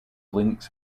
links